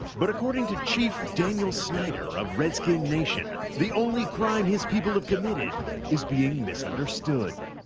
but according to chief daniel snyder of redskin nation, the only crime his people have committed is being misunderstood.